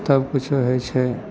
तब कुछो होइ छै